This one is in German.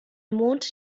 mond